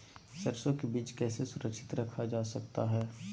सरसो के बीज कैसे सुरक्षित रखा जा सकता है?